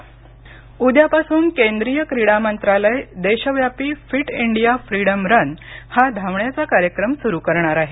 fit India Run उद्यापासून केंद्रिय क्रीडा मंत्रालय देशव्यापी फिट इंडिया फ्रीडम रन हा धावण्याचा कार्यक्रम सुरू करणार आहे